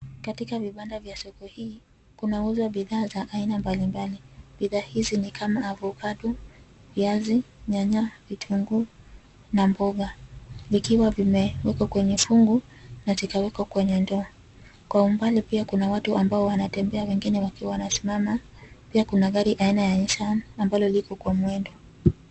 Katika vibanda vya soko hii kunauzwa bidhaa za aina mbalimbali .Bidhaa hizi ni kama avocado, viazi, nyanya, vitunguu na mboga vikiwa vimewekwa kwenye fungu na vikawekwa kwenye ndoo. Kwa umbali pia kuna watu ambao wanatembea wengine wakiwa wamesimama. Pia kuna gari aina ya Nissan ambalo liko kwa mwendo.